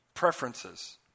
Preferences